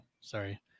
sorry